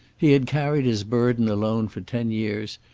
he had carried his burden alone for ten years,